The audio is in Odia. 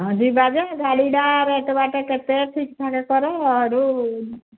ହଁ ଯିବା ଯେ ଗାଡ଼ିଟା ରେଟେ ବାଟ କେତେ ଠିକଠାକ୍ କର ଆରୁ